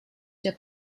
der